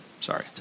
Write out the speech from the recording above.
Sorry